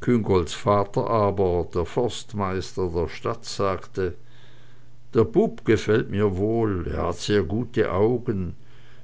küngolts vater aber der forstmeister der stadt sagte der bub gefällt mir wohl er hat sehr gute augen